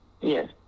Yes